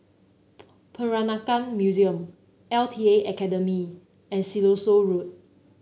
Peranakan Museum L T A Academy and Siloso Road